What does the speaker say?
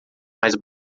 mais